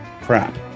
crap